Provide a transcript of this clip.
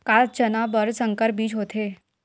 का चना बर संकर बीज होथे?